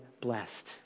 blessed